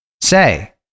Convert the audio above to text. say